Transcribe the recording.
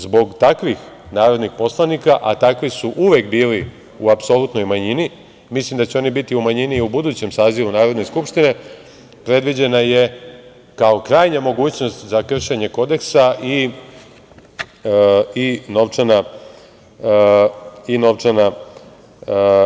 Zbog takvih narodnih poslanika, a takvi su uvek bili u apsolutnoj manjini, mislim da će oni biti u manjini i u budućem sazivu Narodne skupštine, predviđena je, kao krajnja mogućnost za kršenje Kodeksa, i novčana kazna.